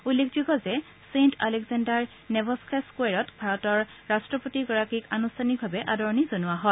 উল্লেখযোগ্য যে Saint Alexander Nevsky স্কোৱেৰত ভাৰতৰ ৰাট্টপতিগৰাকীক আনুষ্ঠানিকভাৱে আদৰণি জনোৱা হয়